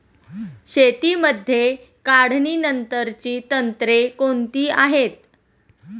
शेतीमध्ये काढणीनंतरची तंत्रे कोणती आहेत?